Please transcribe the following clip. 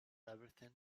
everything